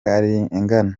arengana